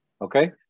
Okay